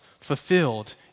fulfilled